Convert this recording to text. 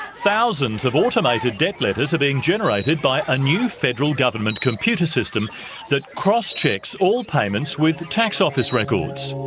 thousands of automated debt letters are being generated by a new federal government computer system that cross-checks all payments with tax office records.